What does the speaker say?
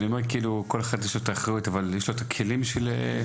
אני מתכוון האם לכל צד אחראי יש את הכלים בשביל לשאת באחריות שלו?